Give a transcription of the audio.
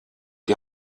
die